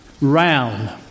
round